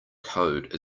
code